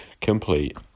complete